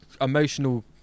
emotional